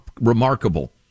remarkable